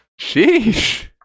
sheesh